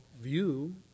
view